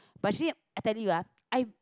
but she I tell you ah I